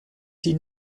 die